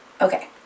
Okay